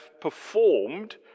performed